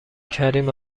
کریم